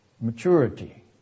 Maturity